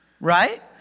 right